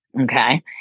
okay